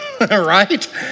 right